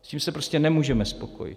S tím se prostě nemůžeme spokojit.